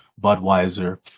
Budweiser